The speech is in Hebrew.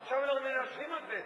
עכשיו אנחנו נענשים על זה.